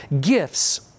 gifts